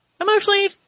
emotionally